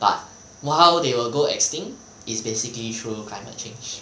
but how they will go extinct is basically through climate change